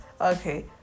Okay